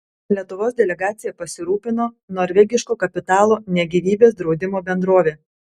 lietuvos delegacija pasirūpino norvegiško kapitalo ne gyvybės draudimo bendrovė